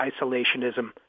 isolationism